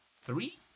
three